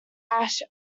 ash